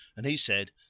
and he said,